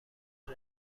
بشر